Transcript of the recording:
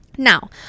Now